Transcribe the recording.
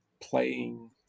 playing